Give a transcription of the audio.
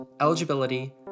eligibility